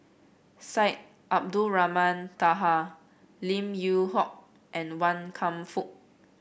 Syed Abdulrahman Taha Lim Yew Hock and Wan Kam Fook